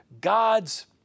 God's